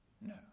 No